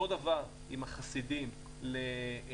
אותו דבר לגבי החסידים לאומן.